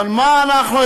אבל מה אנחנו,